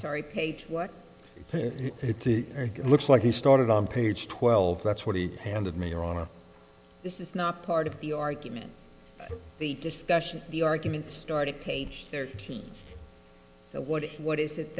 what it looks like he started on page twelve that's what he handed me your honor this is not part of the argument the discussion the argument started page thirteen so what what is it